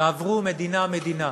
תעברו מדינה-מדינה: